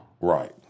Right